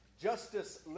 Justice